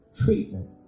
treatment